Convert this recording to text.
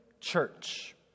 church